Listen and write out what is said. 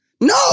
No